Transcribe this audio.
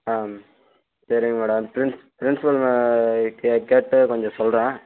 அம் சரிங்க madam prince principal க கேட்டு கொஞ்சம் சொல்கிறேன்